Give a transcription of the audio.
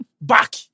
Back